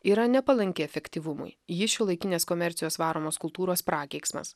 yra nepalanki efektyvumui ji šiuolaikinės komercijos varomos kultūros prakeiksmas